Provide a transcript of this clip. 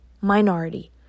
minority